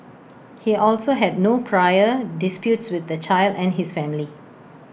he also had no prior disputes with the child and his family